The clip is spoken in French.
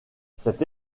cette